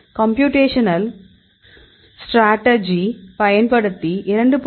computational strategy பயன்படுத்தி 2